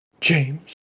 James